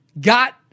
got